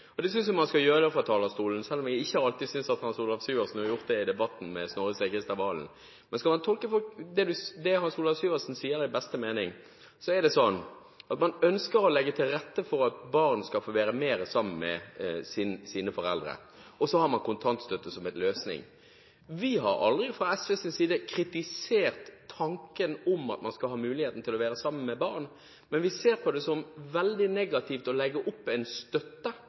og det synes jeg at man skal gjøre fra talerstolen, selv om jeg ikke synes at Hans Olav Syversen alltid har gjort det i debatten med Snorre Serigstad Valen, men skal man tolke det Hans Olav Syversen sier i beste mening – er det sånn at man ønsker å legge til rette for at barn skal få være mer sammen med sine foreldre, og så har man kontantstøtte som en løsning. Vi har fra SVs side aldri kritisert tanken om at man skal ha mulighet til å være sammen med barn. Men vi ser på det som veldig negativt å legge opp til en